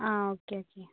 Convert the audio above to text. ആ ഒക്കെ ഓക്കെ